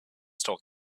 talk